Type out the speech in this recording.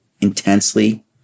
intensely